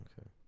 Okay